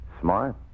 Smart